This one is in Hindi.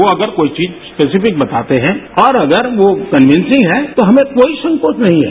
वो अगर कोई चीज स्पेसिफिक बताते हैं और अगर वो कन्विंसिंग है तो हमें कोई संकोच नहीं है